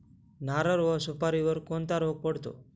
नारळ व सुपारीवर कोणता रोग पडतो?